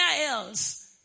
else